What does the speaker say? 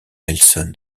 nelson